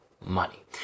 money